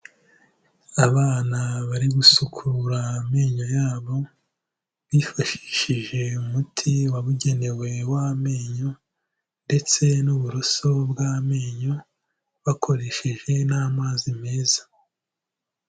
Abana bari gusukura amenyo yabo bifashishije umuti wabugenewe w'amenyo ndetse n'uburoso bw'amenyo, bakoresheje n'amazi meza.